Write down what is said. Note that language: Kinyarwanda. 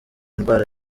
indwara